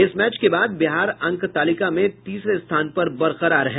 इस मैच के बाद बिहार अंक तालिका में तीसरे स्थान पर बरकरार है